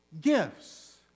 gifts